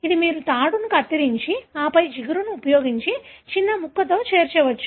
ఇది మీరు తాడును కత్తిరించి ఆపై జిగురును ఉపయోగించి చిన్న ముక్కతో చేరవచ్చు